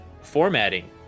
Formatting